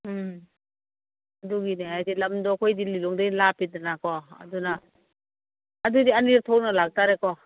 ꯎꯝ ꯑꯗꯨꯒꯤꯅꯦ ꯍꯥꯏꯁꯦ ꯂꯝꯗꯣ ꯑꯩꯈꯣꯏꯗꯤ ꯂꯤꯂꯣꯡꯗꯩ ꯂꯥꯞꯄꯤꯗꯅꯀꯣ ꯑꯗꯨꯅ ꯑꯗꯨꯗꯤ ꯑꯅꯤꯔꯛ ꯊꯣꯛꯅ ꯂꯥꯛꯇꯥꯔꯦꯀꯣ